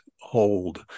hold